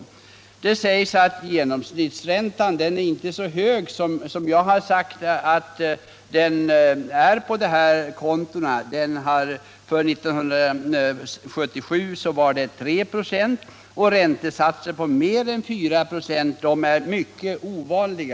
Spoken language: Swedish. sSpecialinlåningen i Det sägs vidare i svaret att genomsnittsräntan på specialinlåningskonbankerna ton inte är så hög som jag påstått i interpellationen. För 1977 var den 3 26 över riksbankens diskonto. Räntesatser på mer än 4 26 däröver är mycket ovanliga.